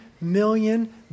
million